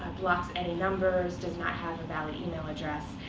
blocks any numbers, does not have a valid email address.